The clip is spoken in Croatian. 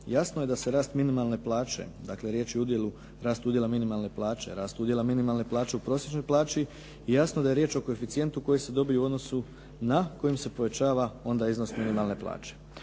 jasno je da se rast minimalne plaće, dakle riječ je o udjelu rastu udjela minimalne plaće, rastu udjela minimalne plaće u prosječnoj plaći i jasno da je riječ o koeficijentu koji se dobije u odnosu na kojem se povećava onda iznos minimalne plaće.